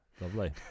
Lovely